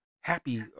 happy